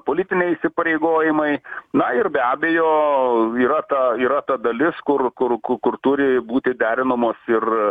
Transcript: politiniai įsipareigojimai na ir be abejo yra ta dalis kur kur kur kur turi būti derinamos ir